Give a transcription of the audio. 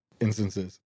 instances